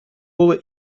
були